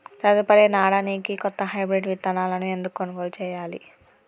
తదుపరి నాడనికి కొత్త హైబ్రిడ్ విత్తనాలను ఎందుకు కొనుగోలు చెయ్యాలి?